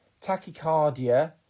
Tachycardia